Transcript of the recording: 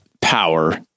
power